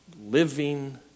living